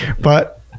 But-